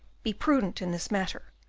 be prudent in this matter,